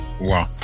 Wow